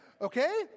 Okay